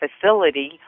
facility